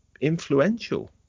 influential